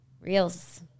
Reels